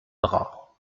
bras